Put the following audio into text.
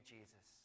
Jesus